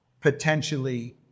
potentially